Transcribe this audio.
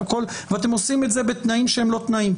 ואתם עושים את זה בתנאים שהם לא תנאים.